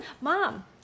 mom